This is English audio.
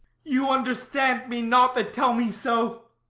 you understand me not that tell me so.